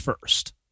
first